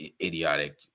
idiotic